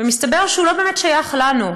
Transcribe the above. ומסתבר שהוא לא באמת שייך לנו,